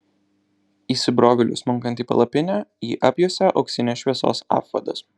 įsibrovėliui smunkant į palapinę jį apjuosė auksinės šviesos apvadas